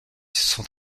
sont